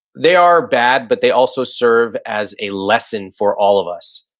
they are bad, but they also serve as a lesson for all of us.